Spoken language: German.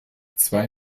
zwei